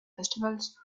festivals